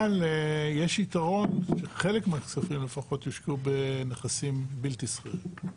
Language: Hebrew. אבל יש יתרון שחלק מהכספים לפחות יושקעו בנכסים בלתי סחירים.